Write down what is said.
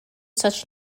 such